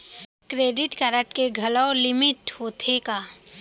Credit card के घलव limit होथे का?